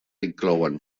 inclouen